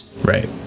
Right